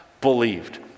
believed